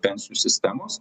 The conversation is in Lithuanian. pensijų sistemos